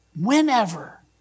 whenever